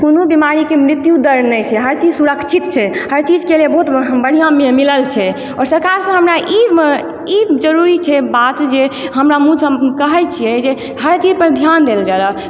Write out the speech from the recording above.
कोनो बिमारीके मृत्युदर नहि छै हरचीज सुरक्षित छै हरचीजके लिए बहुत बढ़िआँमे मिलल छै आओर सरकारसँ हमरा ई ई जरूरी छै बात जे हमरा मुँहसँ कहै छियै जे हरचीज पर ध्यान देल जाइ लए